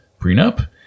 prenup